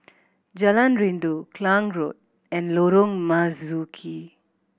Jalan Rindu Klang Road and Lorong Marzuki